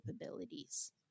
capabilities